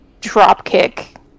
dropkick